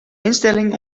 instelling